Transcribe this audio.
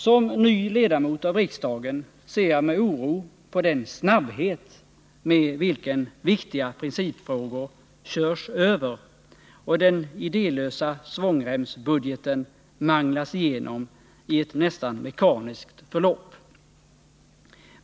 Som ny ledamot av riksdagen ser jag med oro på den snabbhet med vilken viktiga principfrågor körs över. Den idélösa svångremsbudgeten manglas igenom i ett nästan mekaniskt förlopp.